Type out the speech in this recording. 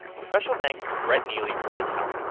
special thanks to brett neely for his help.